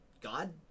God